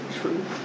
Truth